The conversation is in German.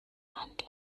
anlage